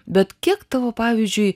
bet kiek tavo pavyzdžiui